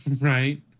right